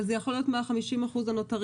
אבל זה יכול להיות מה-50% הנותרים.